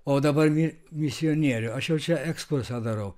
o dabar mi misionierių aš jau čia ekskursą darau